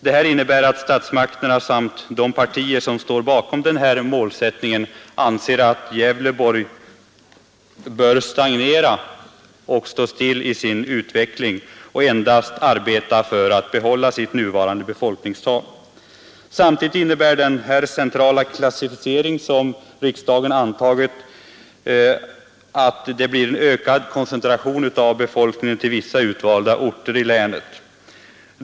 Detta innebär att statsmakterna samt de partier som står bakom denna målsättning anser att Gävleborg bör stagnera och stå still i sin utveckling och endast arbeta för att behålla sitt nuvarande befolkningstal. Samtidigt innebär den här centrala klassificeringen som riksdagen antagit att det blir en ökad koncentration av befolkningen till vissa utvalda orter i länet.